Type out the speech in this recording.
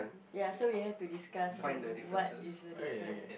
ya so we have to discuss on what is the difference